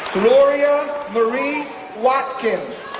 gloria marie watkins,